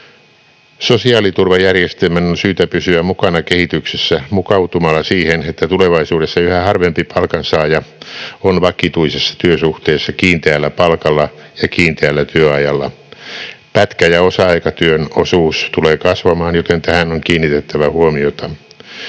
Sosiaaliturvajärjestelmän on syytä pysyä mukana kehityksessä mukautumalla siihen, että tulevaisuudessa yhä harvempi palkansaaja on vakituisessa työsuhteessa kiinteällä palkalla ja kiinteällä työajalla. Pätkä- ja osa-aikatyön osuus tulee kasvamaan, joten tähän on kiinnitettävä huomiota.